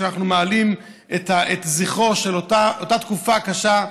שאנחנו מעלים את זכרה של אותה תקופה קשה,